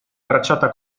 bracciata